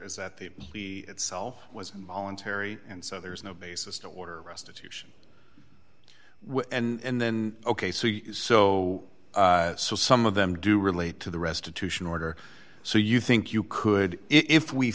is that the itself was voluntary and so there is no basis to order restitution well and then ok so you so so some of them do relate to the restitution order so you think you could if we